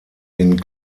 den